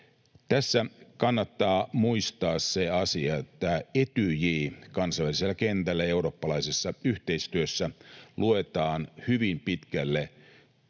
Tässä kannattaa muistaa se asia, että Etyj kansainvälisellä kentällä ja eurooppalaisessa yhteistyössä luetaan hyvin pitkälle